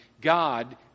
God